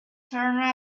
turn